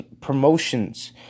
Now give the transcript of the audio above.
promotions